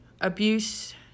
abuse